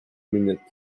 minutes